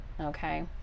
okay